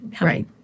right